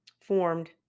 formed